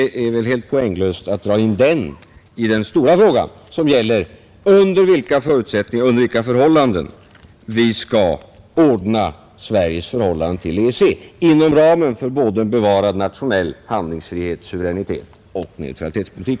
Det är väl därför helt poänglöst att dra in den i den stora frågan som gäller under vilka förhållanden vi skall ordna Sveriges relationer till EEC inom ramen för både bevarad nationell handlingsfrihet och suveränitet och neutralitetspolitik.